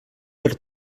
per